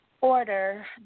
order